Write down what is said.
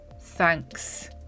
thanks